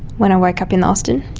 when i woke up in the austin,